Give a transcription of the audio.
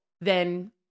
then-